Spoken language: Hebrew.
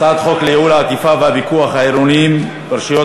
הצעת חוק לייעול האכיפה והפיקוח העירוניים ברשויות